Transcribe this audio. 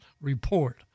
report